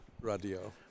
Radio